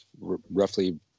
roughly